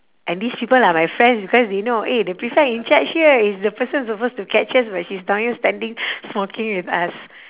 and these people are my friends because they know eh the prefect in charge here is the person supposed to catch us but she's down here standing smoking with us